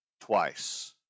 Twice